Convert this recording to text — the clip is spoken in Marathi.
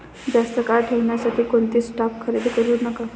जास्त काळ ठेवण्यासाठी कोणताही स्टॉक खरेदी करू नका